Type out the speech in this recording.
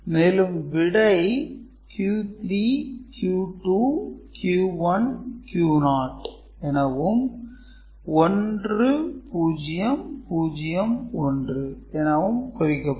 மேலும் விடை q3 q2 q1 q0 எனவும் 1 0 0 1 எனவும் குறிக்கப்படும்